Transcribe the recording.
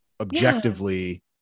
objectively